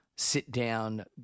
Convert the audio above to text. sit-down